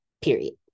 Period